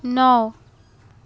नौ